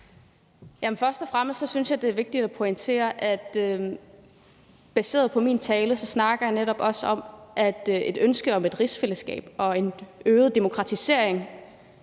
først og fremmest synes jeg, det er vigtigt at pointere, at jeg i min tale netop også snakker om et ønske om et rigsfællesskab og en øget demokratisering,